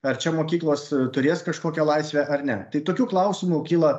ar čia mokyklos turės kažkokią laisvę ar ne tai tokių klausimų kyla